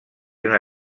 una